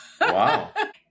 wow